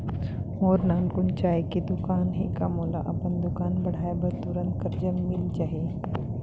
मोर नानकुन चाय के दुकान हे का मोला अपन दुकान बढ़ाये बर तुरंत करजा मिलिस जाही?